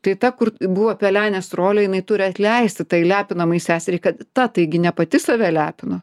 tai ta kur buvo pelenės rolėj jinai turi atleisti tai lepinamai seseriai kad ta taigi ne pati save lepino